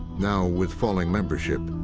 now, with falling membership,